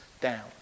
down